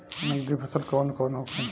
नकदी फसल कौन कौनहोखे?